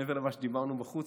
מעבר למה שדיברנו בחוץ,